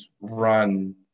run